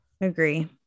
Agree